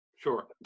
Sure